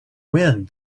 wind